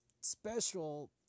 special